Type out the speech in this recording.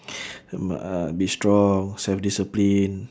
and must be strong self-discipline